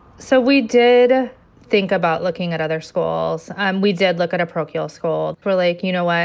so we did think about looking at other schools. and we did look at a parochial school. we're like, you know what?